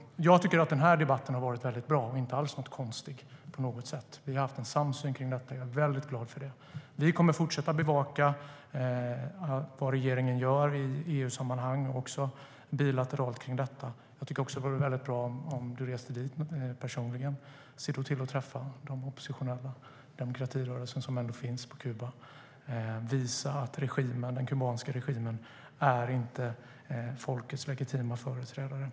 Jag tycker att den här debatten har varit väldigt bra och inte alls konstig på något sätt. Vi har haft en samsyn, och jag är glad för det. Vi kommer att fortsätta bevaka vad regeringen gör i EU-sammanhang och även bilateralt när det gäller detta. Det vore också bra om du reste dit personligen, Margot Wallström. Se då till att träffa de oppositionella, demokratirörelsen, som finns på Kuba. Visa att den kubanska regimen inte är folkets legitima företrädare.